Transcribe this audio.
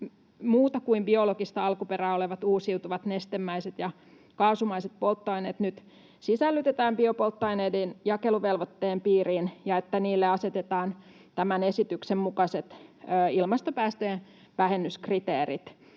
muuta kuin biologista alkuperää olevat uusiutuvat nestemäiset ja kaasumaiset polttoaineet nyt sisällytetään biopolttoaineiden jakeluvelvoitteen piiriin ja että niille asetetaan tämän esityksen mukaiset ilmastopäästöjen vähennyskriteerit.